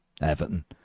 Everton